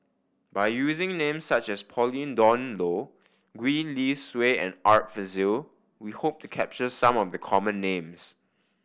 by using names such as Pauline Dawn Loh Gwee Li Sui and Art Fazil we hope to capture some of the common names